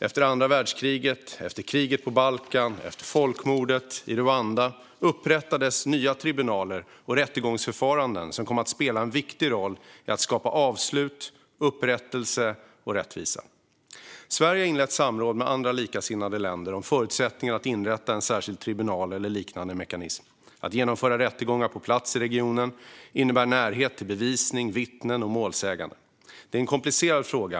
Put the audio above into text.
Efter andra världskriget, kriget på Balkan och folkmordet i Rwanda upprättades nya tribunaler och rättegångsförfaranden som kom att spela en viktig roll i att skapa avslut, upprättelse och rättvisa. Sverige har inlett samråd med andra likasinnade länder om förutsättningarna att inrätta en särskild tribunal eller liknande mekanism. Att genomföra rättegångar på plats i regionen innebär närhet till bevisning, vittnen och målsägande. Det är en komplicerad fråga.